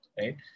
right